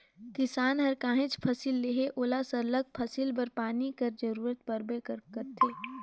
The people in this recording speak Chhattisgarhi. किसान हर काहींच फसिल लेहे ओला सरलग फसिल बर पानी कर जरूरत परबे करथे